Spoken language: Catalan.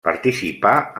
participà